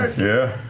yeah.